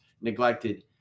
neglected